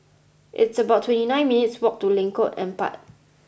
it's about twenty nine minutes' walk to Lengkok Empat